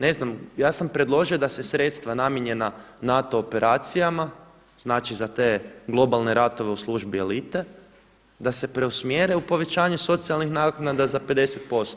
Ne, znam, ja sam predložio da se sredstva namijenjena NATO operacijama, znači za te globalne ratove u službi elite, da se preusmjere u povećanje socijalnih naknada za 50%